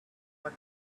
what